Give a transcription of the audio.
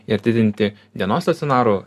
ir didinti dienos stacionaro